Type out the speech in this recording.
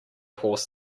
horse